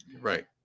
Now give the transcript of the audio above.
Right